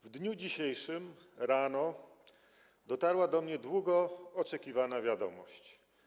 W dniu dzisiejszym rano dotarła do mnie długo oczekiwana wiadomość.